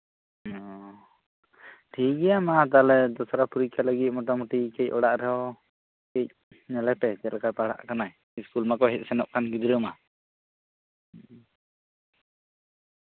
ᱴᱷᱤᱠᱜᱮᱭᱟ ᱢᱟ ᱛᱟᱞᱚᱦᱮ ᱟᱨ ᱫᱚᱥᱨᱟ ᱯᱚᱨᱤᱠᱠᱷᱟ ᱞᱟᱹᱜᱤᱫ ᱢᱚᱪᱟᱢᱩᱴᱤ ᱪᱮᱫ ᱚᱲᱟᱜ ᱨᱮᱦᱚᱸ ᱧᱮᱞᱮᱯᱮ ᱪᱮᱫ ᱞᱮᱠᱟ ᱯᱟᱲᱦᱟᱜ ᱠᱟᱱᱟᱭ ᱥᱠᱩᱞ ᱢᱟᱠᱚ ᱦᱮᱡᱼᱥᱮᱱᱚᱜ ᱠᱟᱱ ᱜᱤᱫᱽᱨᱟᱹ ᱢᱟ